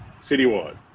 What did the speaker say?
Citywide